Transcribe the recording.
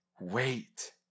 wait